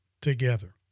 together